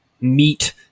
meat